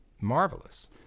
Marvelous